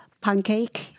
pancake